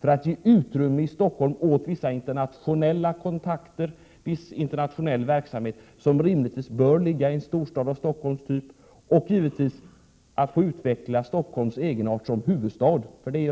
Då kan vi få utrymme i Stockholm åt vissa internationella kontakter och internationell verksamhet som bör ligga i en storstad av Stockholms typ. Då kan vi givetvis också utveckla Stockholms egenart som huvudstad.